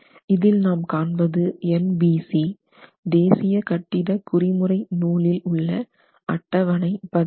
இதில் நாம் காண்பது NBC தேசிய கட்டிட குறிமுறை நூலில் உள்ள அட்டவணை 15 ஆகும்